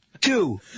Two